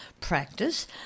practice